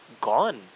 gone